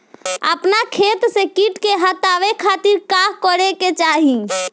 अपना खेत से कीट के हतावे खातिर का करे के चाही?